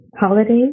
holidays